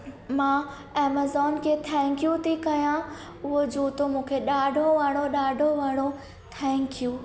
मां अमेज़ोन खे थैंक्यू थी कयां उहो जूतो मूंखे ॾाढो वणियो ॾाढो वणियो थैंक्यू